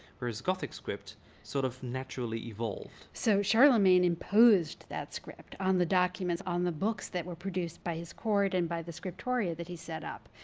whereas gothic script sort of naturally evolved. so charlemagne imposed that script on the documents, on the books that were produced by his court and by the scriptorium that he set up.